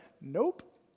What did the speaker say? nope